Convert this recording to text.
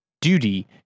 duty